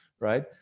right